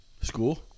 School